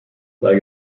sei